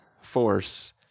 force